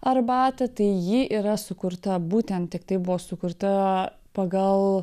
arbatą tai ji yra sukurta būtent tiktai buvo sukurta pagal